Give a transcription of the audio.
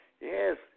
Yes